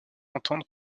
entendre